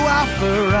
offer